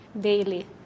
daily